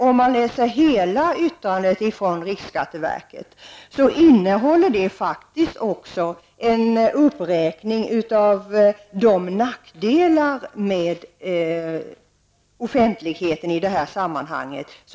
Om man läser hela yttrandet ifrån riksskatteverket finner man att det även innehåller en uppräkning av nackdelarna med offentligheten i det här sammanhanget.